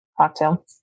cocktail